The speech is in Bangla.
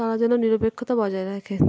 তারা যেন নিরপেক্ষতা বজায় রাখে